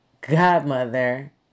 godmother